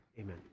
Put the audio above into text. Amen